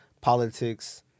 politics